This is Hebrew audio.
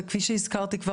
וכפי שכבר הזכרתי,